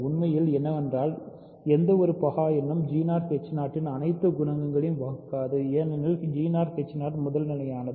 உண்மையில் என்னவென்றால் எந்த பகா எண்ணும் இன் அனைத்து குணகங்களையும் வாகுக்கது ஏனெனில் முதல்நிலையானது